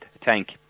tank